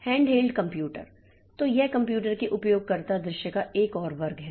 handheld computer तो यह computer के उपयोगकर्ता दृश्य का एक और वर्ग है